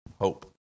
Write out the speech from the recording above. hope